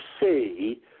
see